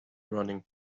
running